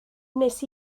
wnes